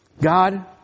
God